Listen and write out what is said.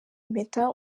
impeta